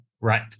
Right